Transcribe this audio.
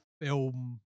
film